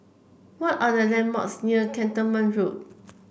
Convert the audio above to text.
what are the landmarks near Cantonment Road